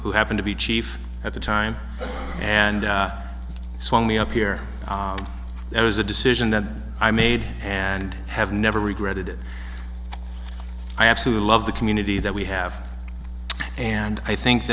who happened to be chief at the time and saw me up here it was a decision that i made and have never regretted it i absolutely love the community that we have and i think